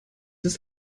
ist